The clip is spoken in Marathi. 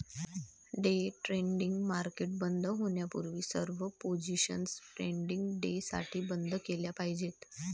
डे ट्रेडिंग मार्केट बंद होण्यापूर्वी सर्व पोझिशन्स ट्रेडिंग डेसाठी बंद केल्या पाहिजेत